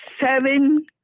seven